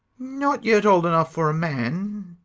not yet old enough for a man,